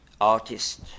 artist